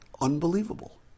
Unbelievable